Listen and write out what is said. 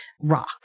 rock